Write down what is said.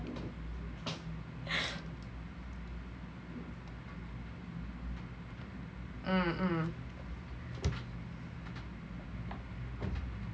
mm mm